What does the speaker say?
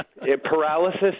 Paralysis